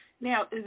Now